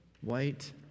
white